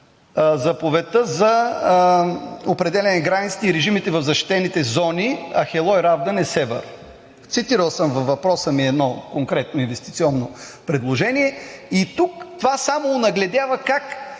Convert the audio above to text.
заповедта за определяне на границите и режимите в защитена зона „Ахелой – Равда – Несебър“. Цитирал съм във въпроса ми едно конкретно инвестиционно предложение. И това само онагледява